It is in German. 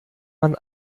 man